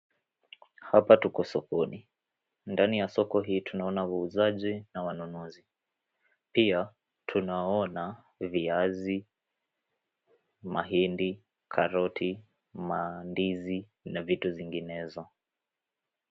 Hapa tuko sokoni. Ndani ya soko hii tunaona wauzaji na wanunuzi. Pia tunaona viazi, mahindi, karoti, mandizi na vitu zinginezo.